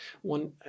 one